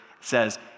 says